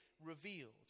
revealed